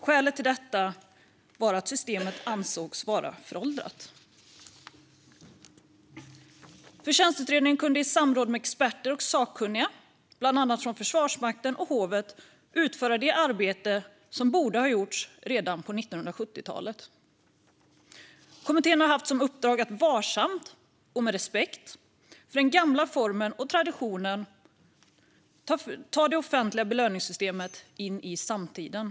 Skälet till detta var att systemet ansågs vara föråldrat. Förtjänstutredningen kunde i samråd med experter och sakkunniga, bland annat från Försvarsmakten och hovet, utföra det arbete som borde ha gjorts redan på 1970-talet. Kommittén har haft som uppdrag att varsamt och med respekt för den gamla formen och traditionen ta det offentliga belöningssystemet in i samtiden.